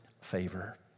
favor